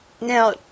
Now